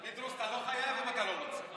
פינדרוס, אתה לא חייב אם אתה לא רוצה.